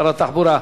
שר התחבורה,